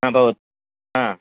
ह भवतु ह